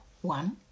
One